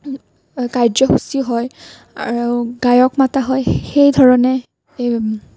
কাৰ্যসূচী হয় গায়ক মতা হয় সেই ধৰণে এই